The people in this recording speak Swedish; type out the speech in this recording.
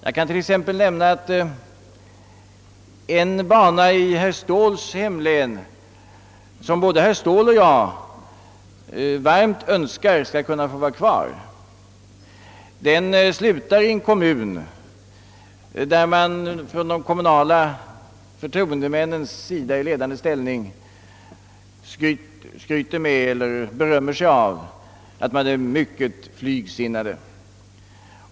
Jag vill bara nämna att i herr Ståhls hemlän finns det en järnväg — som både herr Ståhl och jag varmt önskar skall få vara kvar — vilken slutar i en kommun, där de kommunala förtroendemännen i ledande ställning berömmer sig av att vara mycket flygsinnade.